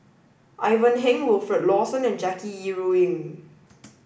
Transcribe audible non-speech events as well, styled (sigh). Ivan Heng Wilfed Lawson and Jackie Yi Ru Ying (noise)